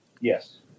Yes